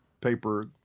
paper